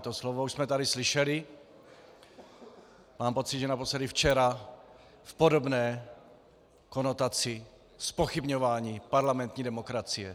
To slovo už jsme tady slyšeli, mám pocit, že naposledy včera v podobné konotaci, zpochybňování parlamentní demokracie.